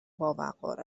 باوقار